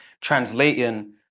translating